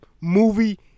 movie